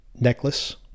necklace